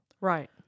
Right